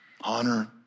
honor